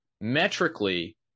metrically